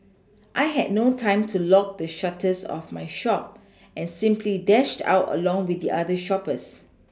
I had no time to lock the shutters of my shop and simply dashed out along with the other shoppers